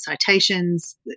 citations